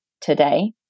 today